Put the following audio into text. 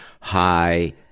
high